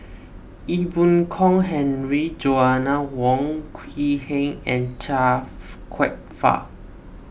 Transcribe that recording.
Ee Boon Kong Henry Joanna Wong Quee Heng and Chia Kwek Fah